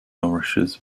nourishes